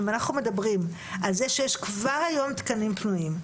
אנחנו מדברים על זה שיש כבר היום תקנים פנויים,